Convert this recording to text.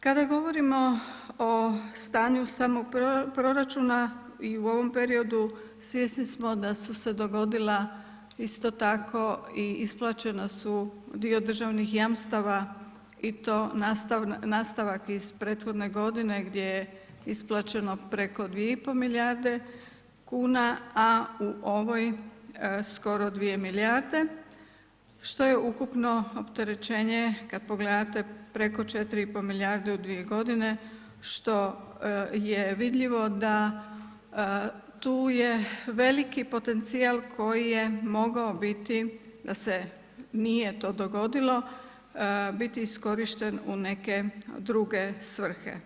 Kada govorimo o stanju samog proračuna i u ovom periodu svjesni smo da su se dogodila i isto tako i isplaćena su dio državnih jamstava i to nastavak iz prethodne godine gdje je isplaćeno preko 2,5 milijarde kuna a u ovoj skoro 2 milijarde što je ukupno opterećenje kad pogledate preko 4,5 milijarde u 2 godine što je vidljivo da tu je veliki potencijal koji je mogao biti da se nije to dogodilo, biti iskorišten u neke druge svrhe.